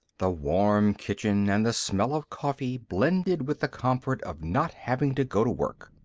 the warm kitchen and the smell of coffee blended with the comfort of not having to go to work.